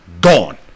Gone